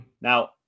Now